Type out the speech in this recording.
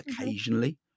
occasionally